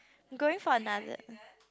going for another